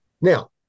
Now